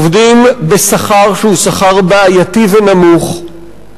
עובדים בשכר שהוא שכר בעייתי ונמוך,